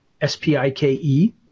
S-P-I-K-E